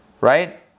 right